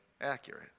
accurate